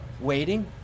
waiting